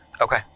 okay